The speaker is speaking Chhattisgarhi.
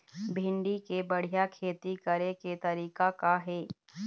भिंडी के बढ़िया खेती करे के तरीका का हे?